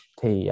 thì